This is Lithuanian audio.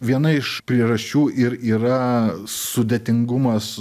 viena iš priežasčių ir yra sudėtingumas